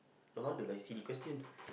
the one do like silly question